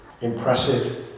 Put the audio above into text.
impressive